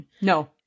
No